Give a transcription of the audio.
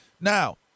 Now